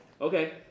Okay